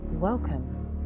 Welcome